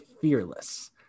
fearless